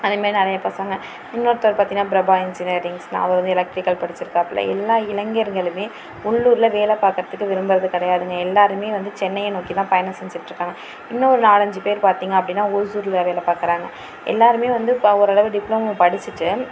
அதே மாரி நிறைய பசங்க இன்னொருத்தர் பார்த்தின்னா பிரபா இன்ஜினியரிங்ஸ் நான் அவரு வந்து எலக்ட்ரிக்கல் படிச்சிருக்காப்பில எல்லா இளைஞர்களுமே உள்ளூரில் வேலை பார்க்கறத்துக்கு விரும்பறது கிடையாதுங்க எல்லாருமே வந்து சென்னையை நோக்கி தான் பயணம் செஞ்சிட்யிருக்காங்க இன்னும் ஒரு நாலஞ்சு பேர் பார்த்திங்க அப்படின்னா ஓசூரில் வேலை பார்க்கறாங்க எல்லாருமே வந்து பா ஓரளவு டிப்ளமோ படிச்சிவிட்டு